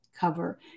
cover